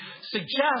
suggest